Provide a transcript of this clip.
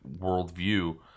worldview